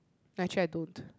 actually I don't